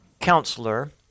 Counselor